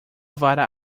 vara